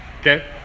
Okay